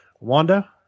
Wanda